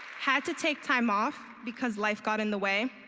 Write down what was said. had to take time off because life got in the way.